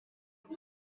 pitt